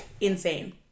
insane